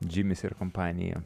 džimis ir kompanija